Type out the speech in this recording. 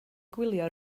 gwylio